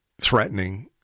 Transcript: threatening